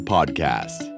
Podcast